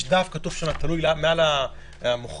יש דף שתלוי מעל המוכרים,